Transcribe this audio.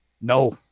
No